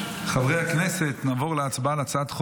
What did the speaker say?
חברי הכנסת,